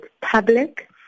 public